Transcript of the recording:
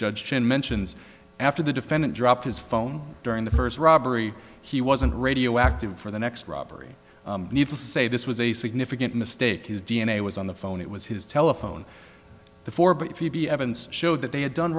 judge chin mentions after the defendant dropped his phone during the first robbery he wasn't radioactive for the next robbery needless to say this was a significant mistake his d n a was on the phone it was his telephone before but if he be evidence showed that they had done